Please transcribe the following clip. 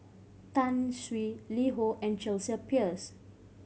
Tai Sun LiHo and Chelsea Peers